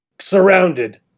surrounded